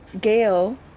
Gail